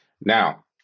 Now